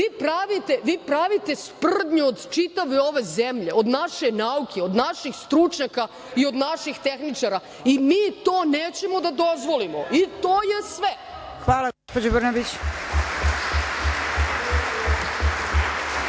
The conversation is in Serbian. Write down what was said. Vi pravite sprdnju od čitave ove zemlje, od naše nauke, od naših stručnjaka, i od naših tehničara, i mi to nećemo da dozvolimo i to je sve. **Snežana